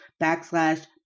backslash